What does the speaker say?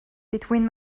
between